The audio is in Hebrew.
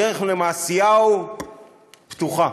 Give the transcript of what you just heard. הדרך למעשיהו פתוחה.